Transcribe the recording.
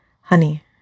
Honey